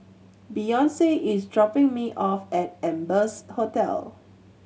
Beyonce is dropping me off at Amber's Hotel